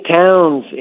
towns